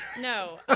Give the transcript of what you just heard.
no